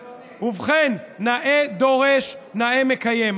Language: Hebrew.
ובכן, נאה דורש, נאה מקיים.